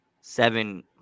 seven